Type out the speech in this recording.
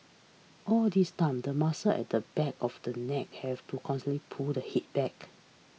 all this time the muscles at the back of the neck have to constantly pull the head back